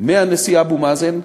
מהנשיא אבו מאזן.